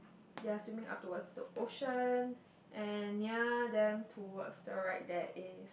they are swimming up towards the ocean and ya then towards the right there is